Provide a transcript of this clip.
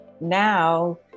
now